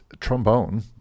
trombone